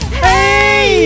hey